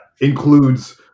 includes